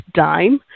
dime